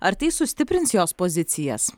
ar tai sustiprins jos pozicijas